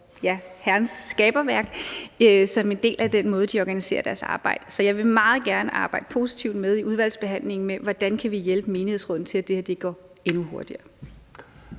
ja, Herrens skaberværk, som en del af den måde, de organiserer deres arbejde på. Så jeg vil meget gerne i udvalgsbehandlingen arbejde positivt med, hvordan vi kan hjælpe menighedsrådene til, at det her går endnu hurtigere.